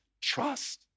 trust